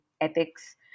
ethics